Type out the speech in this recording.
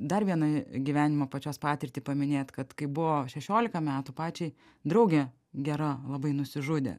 dar vieną gyvenimo pačios patirtį paminėt kad kai buvo šešiolika metų pačiai draugė gera labai nusižudė